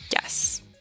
yes